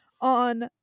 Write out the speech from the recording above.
on